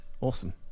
awesome